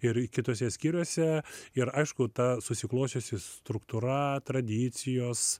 ir kituose skyriuose ir aišku ta susiklosčiusi struktūra tradicijos